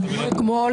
כמו,